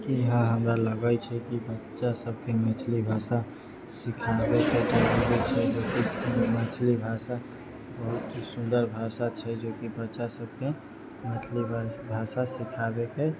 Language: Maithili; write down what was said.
इहाँ हमरा लगैत छै कि बच्चा सबके मैथिली भाषा सिखाबेके जरूरी छै जेकि मैथिली भाषा बहुत ही सुन्दर भाषा छै जेकी बच्चा सबके मैथिली भाषा सिखाबेके